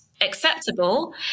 acceptable